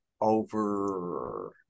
over